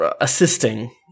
assisting